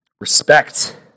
respect